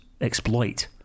exploit